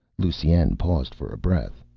lusine paused for breath.